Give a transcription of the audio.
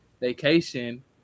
vacation